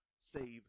save